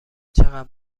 چقدر